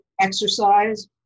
exercise